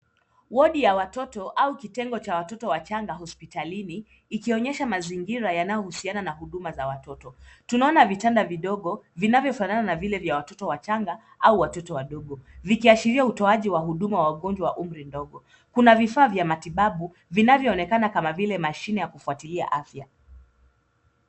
Wodi ya watoto au kitengo cha watoto wachanga hospitalini ikionyesha mazingira yanayohusiana na huduma za watoto. Tunaona vitanda vidogo vinavyofana na vile vya watoto wachanga au watoto wadogo vikiashiria utoaji wa huduma wa wagonjwa wa umri ndogo . Kuna vifaa vya matibabu vinavoonekana kama vile mashine ya kufuatilia afya.